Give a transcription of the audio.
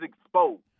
exposed